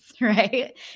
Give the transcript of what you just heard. right